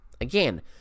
Again